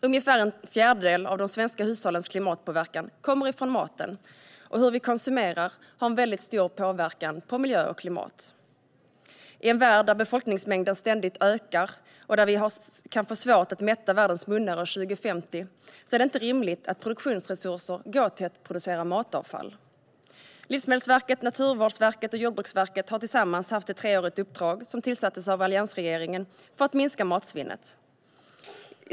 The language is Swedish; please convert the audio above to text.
Ungefär en fjärdedel av de svenska hushållens klimatpåverkan kommer från maten, och hur vi konsumerar har stor påverkan även på miljö och klimat. I en värld där befolkningsmängden ständigt ökar och där vi kan få svårt att mätta världens munnar år 2050 är det inte rimligt att produktionsresurser går åt till att producera matavfall. Livsmedelsverket, Naturvårdsverket och Jordbruksverket har tillsammans haft ett treårigt uppdrag, tillsatt av alliansregeringen, för att minska matsvinnet.